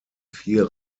vier